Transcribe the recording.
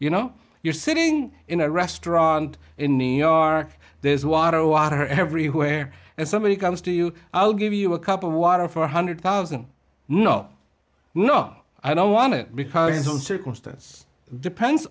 you know you're sitting in a restaurant in new york there's water water everywhere and somebody comes to you i'll give you a cup of water for one hundred thousand no no i don't want to because a circumstance depends